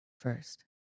first